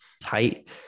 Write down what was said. tight